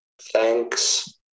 Thanks